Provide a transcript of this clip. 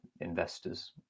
investors